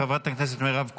חברת הכנסת מירב כהן,